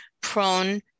prone